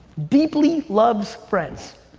deeply loves friends,